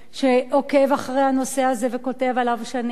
שעוקב אחרי הנושא הזה וכותב עליו שנים,